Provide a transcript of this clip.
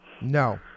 No